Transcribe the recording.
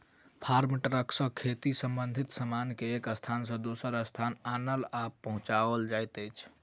farm truck सॅ खेती संबंधित सामान के एक स्थान सॅ दोसर स्थान आनल आ पहुँचाओल जाइत अछि